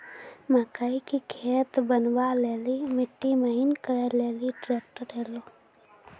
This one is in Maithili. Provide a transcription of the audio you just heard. मकई के खेत बनवा ले ली मिट्टी महीन करे ले ली ट्रैक्टर ऐलो?